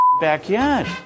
backyard